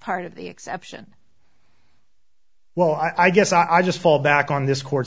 part of the exception well i guess i'll just fall back on this court